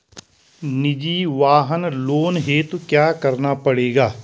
निजी वाहन लोन हेतु क्या करना पड़ेगा?